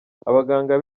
abaganga